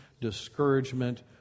discouragement